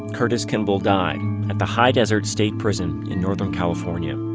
curtis kimball died at the high desert state prison in northern california.